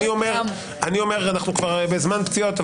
אנחנו כבר בזמן פציעות,